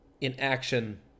inaction